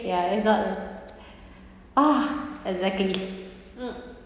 ya if not ah exactly mm